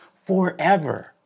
forever